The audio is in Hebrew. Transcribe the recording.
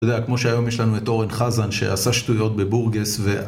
כמו שהיום יש לנו את אורן חזן שעשה שטויות בבורגס